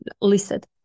listed